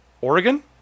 Oregon